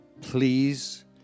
Please